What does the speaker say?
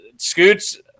Scoots